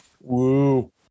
Woo